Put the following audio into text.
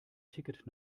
ticket